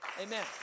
Amen